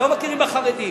לא מכירים בחרדים.